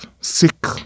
sick